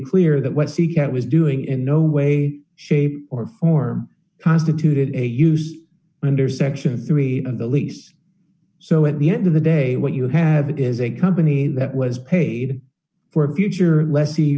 clear that what seacat was doing in no way shape or form constituted a use under section three of the lease so at the end of the day what you have is a company that was paid for a future less